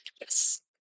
Yes